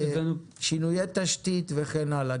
שינוי תשתית וכן הלאה.